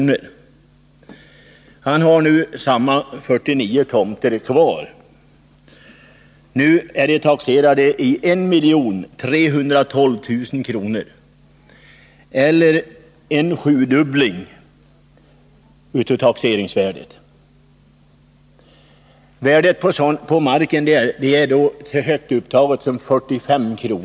Han har fortfarande samma 49 tomter kvar, men de är nu taxerade till 1 312 000 kr. — nära ett sjufaldigande av det tidigare taxeringsvärdet. Värdet på marken är upptaget så högt som till 45 kr.